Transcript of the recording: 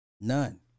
None